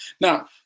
Now